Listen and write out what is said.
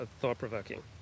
thought-provoking